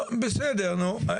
לא, בסדר, נו.